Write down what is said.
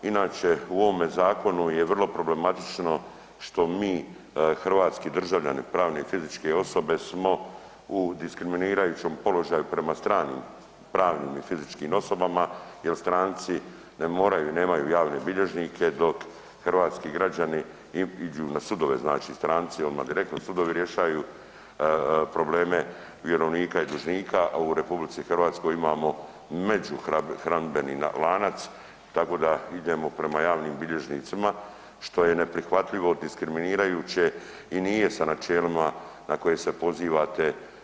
Inače u ovom zakonu je vrlo problematično što mi hrvatski državljani, pravne i fizičke osobe smo u diskriminirajućem položaju prema stranim pravnim i fizičkim osobama jel stranci ne moraju i nemaju javne bilježnike dok hrvatski građani iđu na sudove znači stranci odmah direktno sudovi rješaju probleme vjerovnika i dužnika, a u RH imamo među hranidbeni lanac, tako da idemo prema javnim bilježnicima što je neprihvatljivo, diskriminirajuće i nije sa načelima na koje se pozivate.